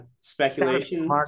speculation